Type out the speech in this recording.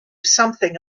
something